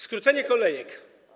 Skrócenie kolejek.